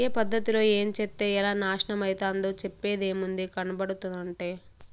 ఏ పద్ధతిలో ఏంచేత్తే ఎలా నాశనమైతందో చెప్పేదేముంది, కనబడుతంటే